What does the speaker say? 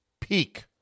peak